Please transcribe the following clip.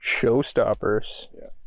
Showstoppers